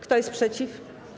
Kto jest przeciw?